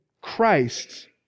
Christ